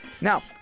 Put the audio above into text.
Now